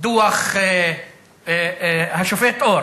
דוח השופט אור,